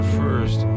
first